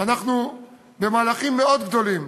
אנחנו במהלכים מאוד גדולים.